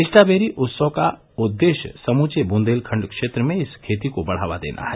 strawberry उत्सव का उद्देश्य समृचे बुन्देलखंड क्षेत्र में इस खेती को बढावा देना है